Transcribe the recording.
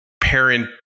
parent